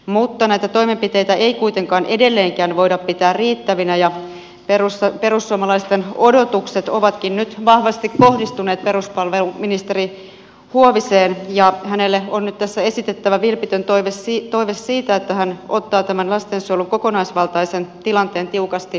mutta näitä toimenpiteitä ei kuitenkaan edelleenkään voida pitää riittävinä ja perussuomalaisten odotukset ovatkin nyt vahvasti kohdistuneet peruspalveluministeri huoviseen ja hänelle on nyt tässä esitettävä vilpitön toive siitä että hän ottaa tämän lastensuojelun kokonaisvaltaisen tilanteen tiukasti työn alle